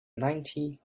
ninety